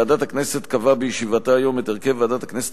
ועדת הכנסת קבעה בישיבתה היום את הרכב ועדת הכנסת